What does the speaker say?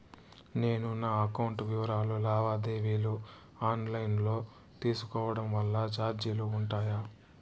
నేను నా అకౌంట్ వివరాలు లావాదేవీలు ఆన్ లైను లో తీసుకోవడం వల్ల చార్జీలు ఉంటాయా?